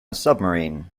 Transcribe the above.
submarine